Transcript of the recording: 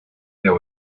there